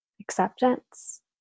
acceptance